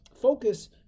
Focus